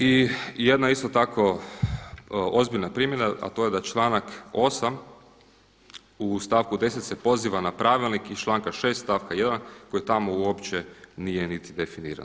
I jedna isto tako ozbiljna primjedba, a to je da članak 8. u stavku 10. se poziva na pravilnik iz članka 6. stavka 1. koji tamo uopće nije niti definiran.